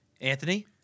Anthony